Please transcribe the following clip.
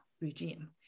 regime